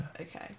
Okay